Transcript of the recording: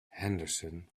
henderson